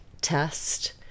test